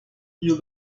you